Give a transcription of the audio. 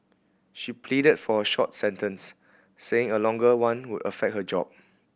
she pleaded for a short sentence saying a longer one would affect her job